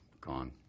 gone